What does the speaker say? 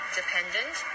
dependent